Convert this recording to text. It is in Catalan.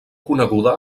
coneguda